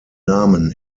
namen